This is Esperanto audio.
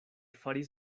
faris